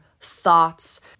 Thoughts